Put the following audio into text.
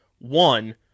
one